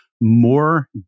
more